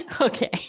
Okay